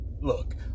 look